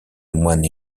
moines